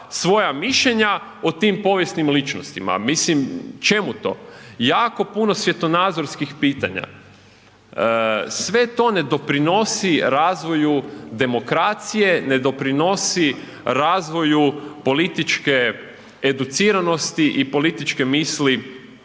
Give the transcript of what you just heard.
svoja mišljenja o tim povijesnim ličnostima. Mislim, čemu to? Jako puno svjetonazorskih pitanja. Sve to ne doprinosi razviju demokracije, ne doprinosi razvoju političke educiranosti i političke misli